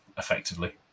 effectively